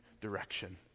direction